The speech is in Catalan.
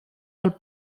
del